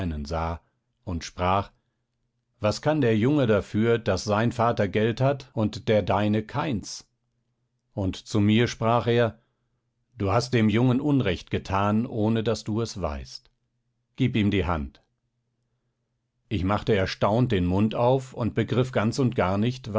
und sprach was kann der junge dafür daß sein vater geld hat und der deine keins und zu mir sprach er du hast dem jungen unrecht getan ohne daß du es weißt gib ihm die hand ich machte erstaunt den mund auf und begriff ganz und gar nicht